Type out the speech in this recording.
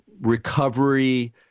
recovery